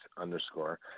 underscore